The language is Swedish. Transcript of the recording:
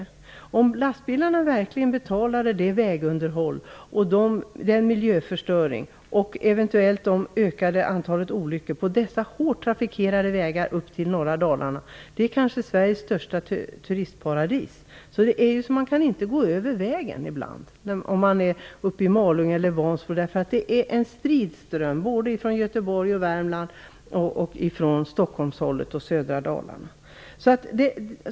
Tänk om lastbilarna verkligen betalade det vägunderhåll, den miljöförstöring och det eventuellt ökade antalet olyckor på dessa hårt trafikerade vägar upp till norra Dalarna! Det är kanske Sveriges största turistparadis. Ibland kan man inte gå över vägen uppe i Malung eller Vansbro. Det är en strid ström av bilar från Göteborg, Värmland, Stockholm och södra Dalarna.